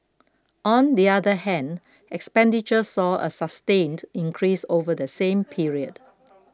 on the other hand expenditure saw a sustained increase over the same period